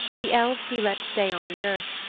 the elves he let stay on the earth,